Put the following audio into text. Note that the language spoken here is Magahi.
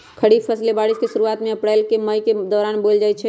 खरीफ फसलें बारिश के शुरूवात में अप्रैल मई के दौरान बोयल जाई छई